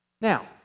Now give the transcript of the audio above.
Now